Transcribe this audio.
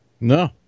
No